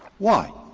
why?